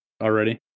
already